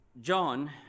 John